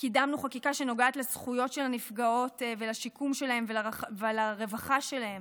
קידמנו חקיקה שנוגעת לזכויות של הנפגעות ולשיקום שלהן ולרווחה שלהן,